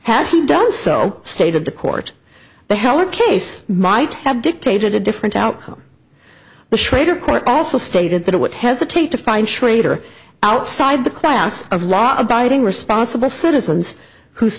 he done so state of the court the heller case might have dictated a different outcome the shrader court also stated that i would hesitate to find schrader outside the class of law abiding responsible citizens who